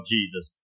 Jesus